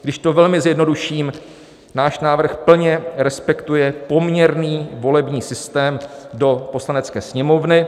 Když to velmi zjednoduším, náš návrh plně respektuje poměrný volební systém do Poslanecké sněmovny.